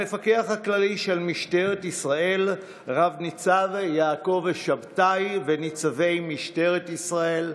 המפקח הכללי של משטרת ישראל רב-ניצב יעקב שבתאי וניצבי משטרת ישראל,